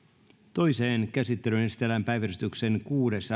toiseen käsittelyyn esitellään päiväjärjestyksen kuudes